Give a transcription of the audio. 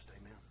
Amen